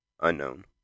Unknown